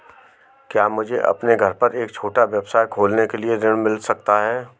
क्या मुझे अपने घर पर एक छोटा व्यवसाय खोलने के लिए ऋण मिल सकता है?